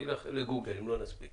ילך לגוגל אם לא נספיק